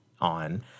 on